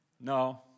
No